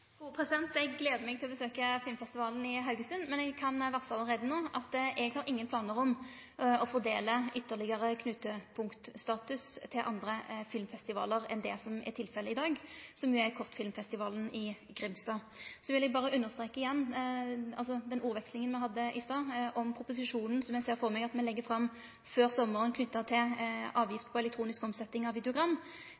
Eg gleder meg til å besøkje filmfestivalen i Haugesund, men eg kan varsle allereie no at eg har ingen planar om å fordele ytterlegare knutepunktstatus til andre filmfestivalar enn det som er tilfellet i dag, som jo er Kortfilmfestivalen i Grimstad. Så vil eg berre understreke i samband med den ordvekslinga me hadde i stad om proposisjonen som eg ser for meg at me legg fram før sommaren knytt til